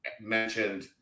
mentioned